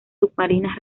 submarina